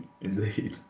indeed